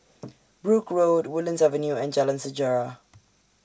Brooke Road Woodlands Avenue and Jalan Sejarah